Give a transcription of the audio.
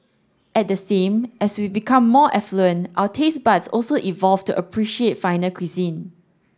at the same as we become more affluent our taste buds also evolve to appreciate finer cuisine